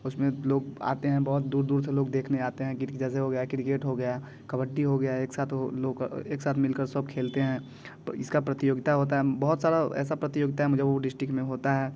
उसमें लोग आते हैं बहुत दूर दूर से लोग देखने आते हैं की जैसे हो गया क्रिकेट हो गया कबड्डी हो गया एक साथ वो लोग एक साथ मिलकर सब खेलते हैं इसका प्रतियोगिता होता है बहुत सारा ऐसा प्रतियोगिता मुजफ्फपुर डिस्टिक में होता है